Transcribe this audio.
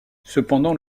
cependant